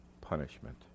punishment